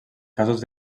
casos